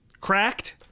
Cracked